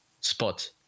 Spot